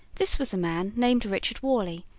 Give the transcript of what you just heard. this was a man named richard worley,